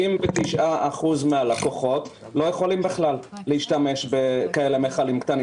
99% מהלקוחות לא יכולים להשתמש במיכלים קטנים כאלה.